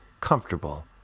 comfortable